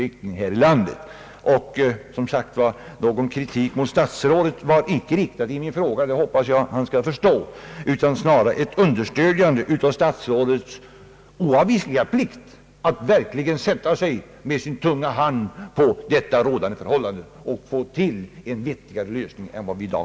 Jag hoppas att statsrådet förstår att någon kritik icke riktades mot honom i min fråga. Snarare innebär den ett understödjande av statsrådets oavvisliga plikt att lägga sin tunga hand på det rådande förhållandet så att vi får en vettigare lösning än vi har i dag.